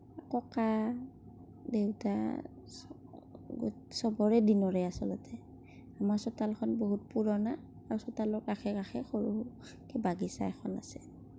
ককা দেউতা সবৰে দিনৰে আচলতে মোৰ চোতালখন বহুত পুৰণা আৰু চোতালৰ কাষে কাষে সৰুকে বাগিছা এখন আছে